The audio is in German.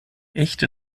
echte